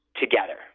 together